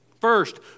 First